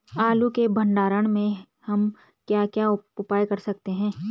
आलू के भंडारण में हम क्या क्या उपाय कर सकते हैं?